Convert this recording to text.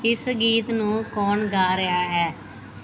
ਇਸ ਗੀਤ ਨੂੰ ਕੌਣ ਗਾ ਰਿਹਾ ਹੈ